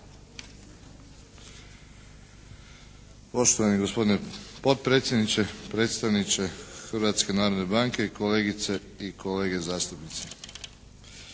Poštovani gospodine potpredsjedniče, predstavniče Hrvatske narodne banke, kolegice i kolege zastupnici.